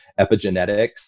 Epigenetics